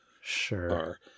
Sure